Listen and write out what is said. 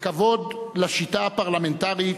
הכבוד לשיטה הפרלמנטרית,